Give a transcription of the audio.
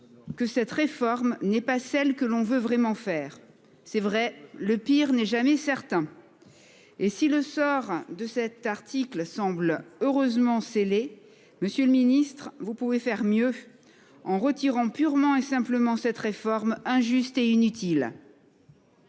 Que cette réforme n'est pas celle que l'on veut vraiment faire c'est vrai le pire n'est jamais certain. Et si le sort de cet article semble heureusement scellé. Monsieur le Ministre, vous pouvez faire mieux en retirant purement et simplement cette réforme injuste et inutile.